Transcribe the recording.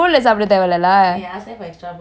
அங்க எனக்கு:ange ennaku plate ல கொடுத்தாங்க:la kodutaange